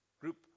Group